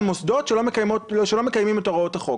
מוסדות שלא מקיימים את הוראות החוק.